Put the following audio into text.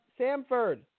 Samford